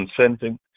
consenting